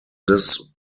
this